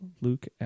Luke